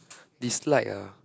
dislike ah